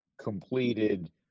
completed